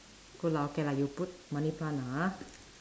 good lah okay you put money plant lah ha